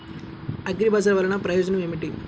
అగ్రిబజార్ వల్లన ప్రయోజనం ఏమిటీ?